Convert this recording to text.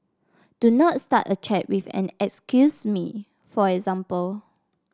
do not start a chat with an excuse me for example